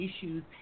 issues